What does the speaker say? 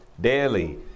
Daily